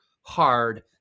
hard